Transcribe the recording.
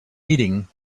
eating